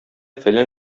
фәлән